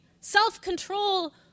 Self-control